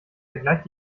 vergleicht